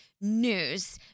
news